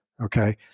Okay